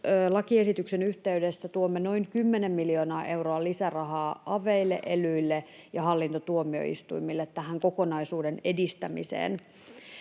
lakiesityksen yhteydessä tuomme noin kymmenen miljoonaa euroa lisärahaa aveille, elyille ja hallintotuomioistuimille tähän kokonaisuuden edistämiseen.